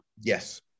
Yes